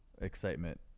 excitement